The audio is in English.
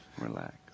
relax